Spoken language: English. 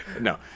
No